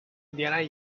indiana